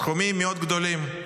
הסכומים גדולים מאוד.